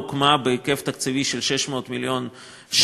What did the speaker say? היא הוקמה בהיקף תקציבי של 600 מיליון שקל,